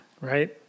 Right